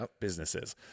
businesses